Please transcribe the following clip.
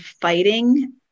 fighting